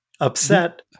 Upset